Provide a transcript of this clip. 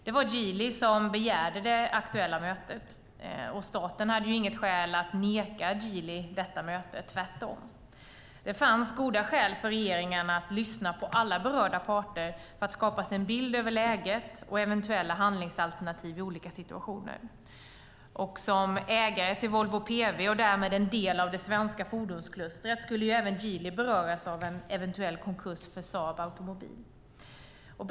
Det var Geely som begärde det aktuella mötet, och staten hade inget skäl att neka Geely detta möte. Tvärtom fanns det goda skäl för regeringen att lyssna på alla berörda parter för att skapa sig en bild över läget och eventuella handlingsalternativ i olika situationer. Som ägare till Volvo PV och därmed en del av det svenska fordonsklustret skulle också Geely beröras av en eventuell konkurs för Saab Automobile.